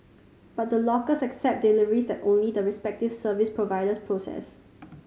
but the lockers accept deliveries that only the respective service providers process